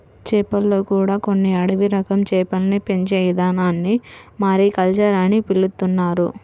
చేపల్లో కూడా కొన్ని అడవి రకం చేపల్ని పెంచే ఇదానాన్ని మారికల్చర్ అని పిలుత్తున్నారు